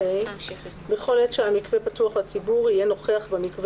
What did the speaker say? (2)בכל עת שהמקווה פתוח לציבור יהיה נוכח במקווה